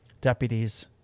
deputies